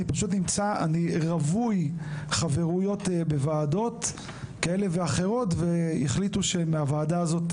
אני רווי חברויות בוועדות כאלה ואחרות והחליטו שמהוועדה הזאת,